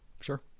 Sure